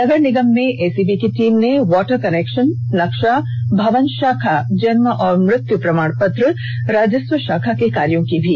नगर निगम में एसीबी की टीम ने वाटर कनेक्षन नक्षा भवन शाखा जन्म और मृत्यु प्रमाण पत्र राजस्व शाखा के कार्यों की भी जांच की